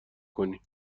کنی